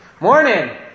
Morning